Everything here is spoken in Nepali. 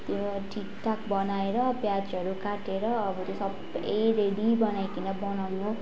त्यो ठीक ठाक बनाएर प्याजहरू काटेर अब त्यो सबै रेडी बनाइकन बनाउनु